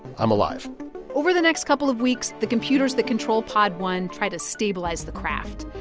i'm alive over the next couple of weeks, the computers that control pod one try to stabilize the craft.